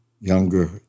younger